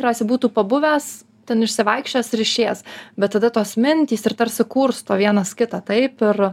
rasi būtų pabuvęs ten išsivaikščiojęs ir išėjęs bet tada tos mintys ir tarsi kursto vienas kitą taip ir